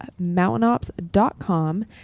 mountainops.com